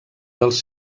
dels